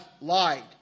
lied